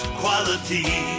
quality